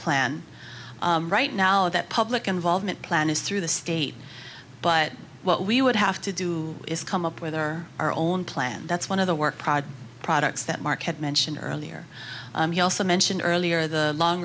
plan right now that public involvement plan is through the state but we would have to do is come up with our our own plan that's one of the work product products that mark had mentioned earlier you also mentioned earlier the long